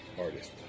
artist